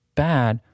bad